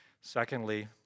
Secondly